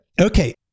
Okay